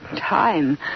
Time